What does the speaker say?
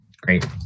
Great